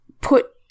put